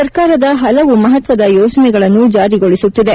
ಸರ್ಕಾರದ ಹಲವು ಮಹತ್ವದ ಯೋಜನೆಗಳನ್ನು ಜಾರಿಗೊಳಿಸುತ್ತಿದೆ